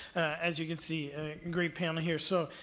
as you can see, a great panel here. so,